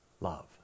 love